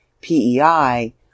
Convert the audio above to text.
PEI